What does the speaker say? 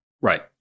Right